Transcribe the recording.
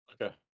Okay